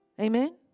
Amen